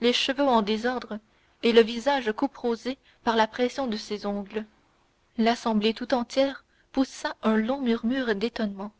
les cheveux en désordre et le visage couperosé par la pression de ses ongles l'assemblée tout entière poussa un long murmure d'étonnement